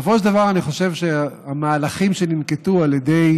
בסופו של דבר, אני חושב שהמהלכים שננקטו על ידי